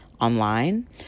online